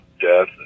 death